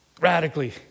radically